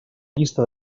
llista